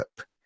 up